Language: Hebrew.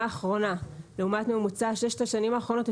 האחרונה לעומת ממוצע שש השנים האחרונות,